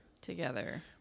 together